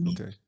Okay